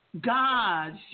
God